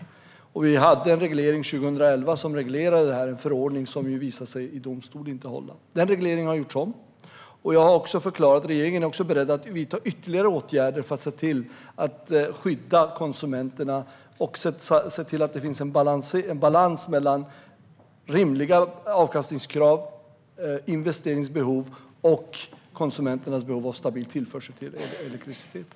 Vi hade en reglering 2011 som reglerade detta. Det var en förordning som i domstol visade sig inte hålla. Den regleringen har gjorts om. Jag har också förklarat att regeringen är beredd att vidta ytterligare åtgärder för att se till att skydda konsumenterna och se till att det finns en balans mellan rimliga avkastningskrav, investeringsbehov och konsumenternas behov av en stabil tillförsel av elektricitet.